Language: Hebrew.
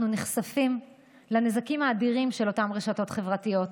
אנו נחשפים לנזקים האדירים של אותן רשתות חברתיות,